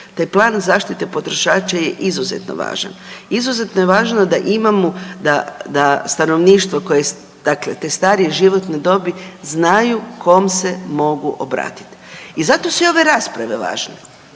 Taj plan zaštite potrošača je izuzetno važan, izuzetno je važno da imamo da stanovništvo koje, dakle te starije životne dobi znaju kom se mogu obratit i zato su ove rasprave važne.